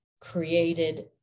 created